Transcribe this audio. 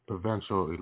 Provincial